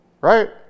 right